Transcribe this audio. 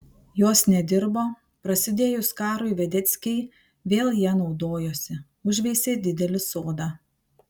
jos nedirbo prasidėjus karui vedeckiai vėl ja naudojosi užveisė didelį sodą